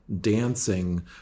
dancing